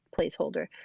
placeholder